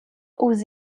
aux